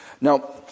Now